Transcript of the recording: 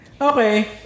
Okay